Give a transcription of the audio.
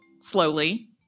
slowly